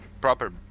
proper